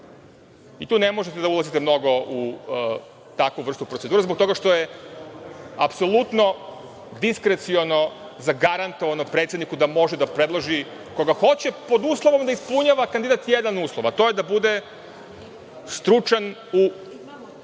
Tu ne možete da ulazite mnogo u takvu vrstu procedure, zbog toga što je apsolutno diskreciono, zagarantovano predsedniku da može da predloži koga hoće, pod uslovom da ispunjava kandidat jedan uslov, a to je da bude stručan u